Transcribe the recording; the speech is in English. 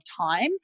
time